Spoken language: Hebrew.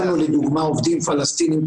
אנחנו הכשרנו לדוגמה עובדים פלסטינים,